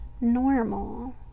normal